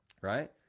Right